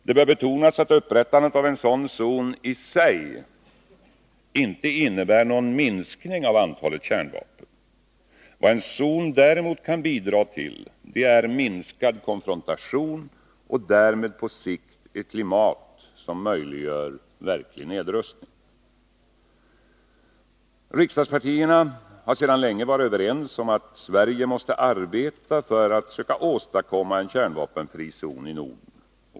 Det bör betonas att upprättandet av en sådan zon i sig inte innebär någon minskning av antalet kärnvapen. Vad en zon däremot kan bidra till är minskad konfrontation och därmed på sikt ett klimat som möjliggör verklig nedrustning. Riksdagspartierna har sedan länge varit överens om att Sverige måste arbeta för att söka åstadkomma en kärnvapenfri zon i Norden.